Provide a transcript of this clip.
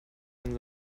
ihren